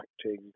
acting